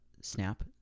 snap